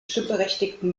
stimmberechtigten